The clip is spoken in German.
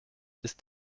ist